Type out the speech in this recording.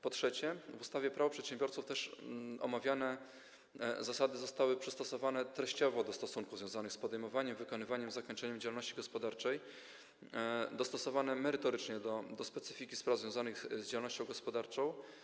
Po trzecie, w ustawie Prawo przedsiębiorców omawiane zasady zostały przystosowane treściowo do stosunków związanych z podejmowaniem, wykonywaniem i zakończeniem działalności gospodarczej, dostosowane merytorycznie do specyfiki spraw związanych z działalnością gospodarczą.